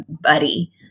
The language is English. buddy